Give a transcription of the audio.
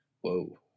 Whoa